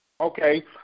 Okay